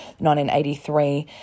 1983